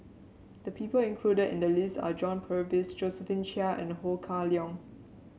the people included in the list are John Purvis Josephine Chia and Ho Kah Leong